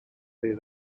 they